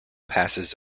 passes